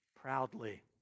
proudly